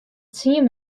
tsien